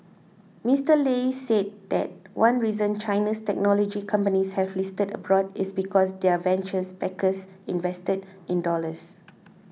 Mister Lei said that one reason China's technology companies have listed abroad is because their venture backers invested in dollars